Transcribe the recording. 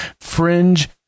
Fringe